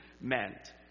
meant